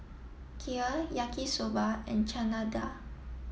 kheer Yaki Soba and Chana Dal